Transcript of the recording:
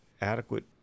adequate